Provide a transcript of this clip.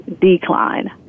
decline